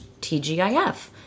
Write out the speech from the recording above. TGIF